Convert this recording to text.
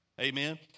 Amen